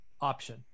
option